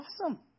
awesome